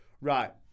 right